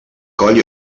coll